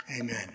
Amen